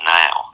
now